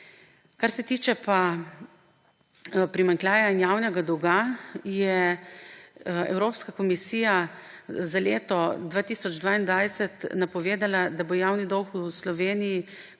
Kar se tiče pa primanjkljaja in javnega dolga, je Evropska komisija za leto 2022 napovedala, da bo javni dolg v Sloveniji